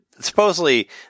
supposedly